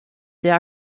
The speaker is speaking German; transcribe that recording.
sehr